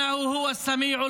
(אומר דברים בשפה הערבית)